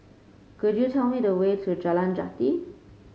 could you tell me the way to Jalan Jati